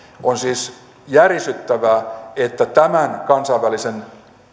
on siis järisyttävää että tämän kansainvälisen